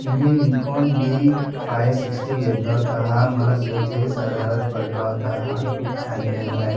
मी Nikon D five sixty घेतला होता हा मला बेचाळीस हजारात पडला होता हा खूप छान कॅमेरा आहे